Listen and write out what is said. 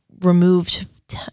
removed